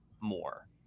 more